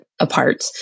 apart